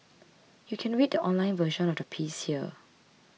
you can read the online version of the piece here